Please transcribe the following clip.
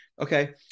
Okay